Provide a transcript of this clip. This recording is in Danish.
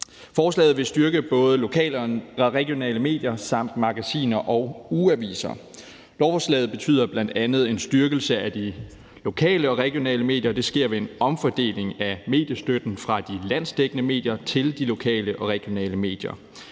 Forslaget vil styrke både lokale og regionale medier samt magasiner og ugeaviser. Lovforslaget betyder bl.a. en styrkelse af de lokale og regionale medier, og det sker ved en omfordeling af mediestøtten fra de landsdækkende medier til de lokale og regionale medier.